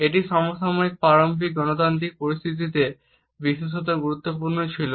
এটি সমসাময়িক প্রারম্ভিক গণতান্ত্রিক পরিস্থিতিতে বিশেষত গুরুত্বপূর্ণ ছিল